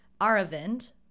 aravind